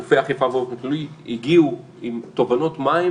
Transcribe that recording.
גופי האכיפה באופן כללי הגיעו עם תובנות מהם